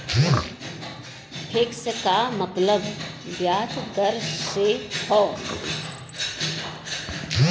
fix क मतलब बियाज दर से हौ